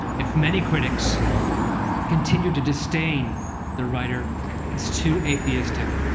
if many critics continued to disdain the writer as too atheistic,